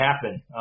happen